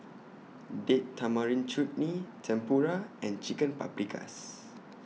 Date Tamarind Chutney Tempura and Chicken Paprikas